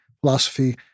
philosophy